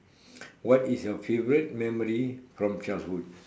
what is your favourite memory from childhood